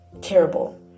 terrible